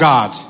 God